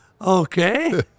Okay